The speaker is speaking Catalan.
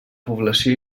població